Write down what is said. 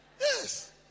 Yes